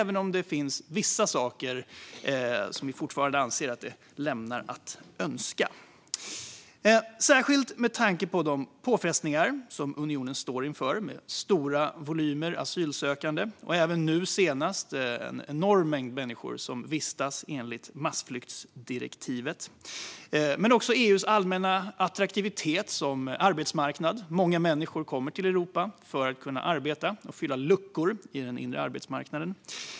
Vi anser dock fortfarande att det lämnar vissa saker att önska, särskilt med tanke på de påfrestningar som unionen står inför i form av stora volymer asylsökande och nu senast även en enorm mängd människor som vistas i unionen enligt massflyktsdirektivet. Det handlar även om EU:s allmänna attraktivitet som arbetsmarknad. Många människor kommer till Europa för att arbeta och fylla luckor på den inre arbetsmarknaden.